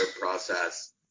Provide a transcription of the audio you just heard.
process